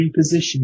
repositioning